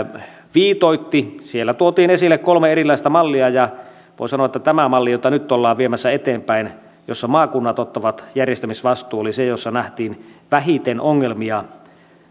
viitoitti siellä tuotiin esille kolme erilaista mallia ja voi sanoa että tämä malli jota nyt ollaan viemässä eteenpäin jossa maakunnat ottavat järjestämisvastuun oli se jossa nähtiin vähiten ongelmia ja